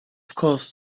course